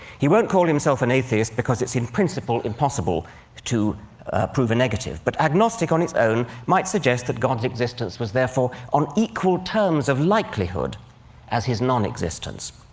he won't call himself an atheist because it's, in principle, impossible to prove a negative, but agnostic on its own might suggest that god's existence was therefore on equal terms of likelihood as his non-existence.